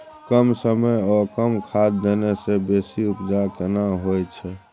कम समय ओ कम खाद देने से बेसी उपजा केना होय छै?